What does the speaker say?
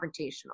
confrontational